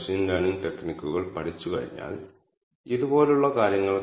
ഉദാഹരണത്തിന് ട്രിപ്പിന്റെ ശരാശരി ദൈർഘ്യം 19